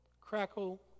Crackle